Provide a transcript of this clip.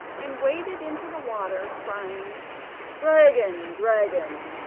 and waded into the water crying dragon! dragon!